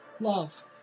love